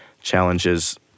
challenges